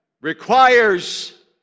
Requires